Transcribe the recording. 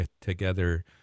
together